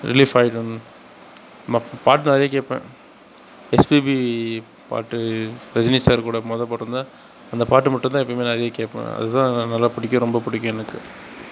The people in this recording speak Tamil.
ரிலீஃப் ஆகிடும் ப பாட்டு நிறைய கேட்பேன் எஸ்பிபி பாட்டு ரஜினி சார் கூட மொதல் பாட்டு வந்து அந்த பாட்டு மட்டுந்தான் எப்போயுமே நிறைய கேட்பேன் அதுதான் நல்லா பிடிக்கும் ரொம்ப பிடிக்கும் எனக்கு